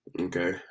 Okay